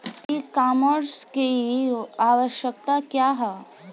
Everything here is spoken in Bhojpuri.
ई कॉमर्स की आवशयक्ता क्या है?